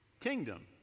kingdom